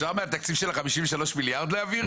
אפשר מהתקציב של ה-53 מיליארד להעביר?